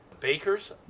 bakers